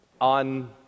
on